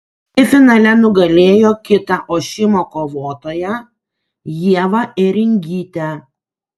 ji finale nugalėjo kitą ošimo kovotoją ievą ėringytę